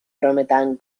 brometan